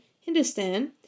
Hindustan